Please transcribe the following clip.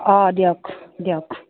অঁ দিয়ক দিয়ক